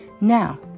Now